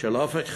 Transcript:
"אופק חדש",